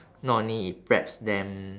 not only it preps them